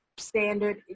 Standard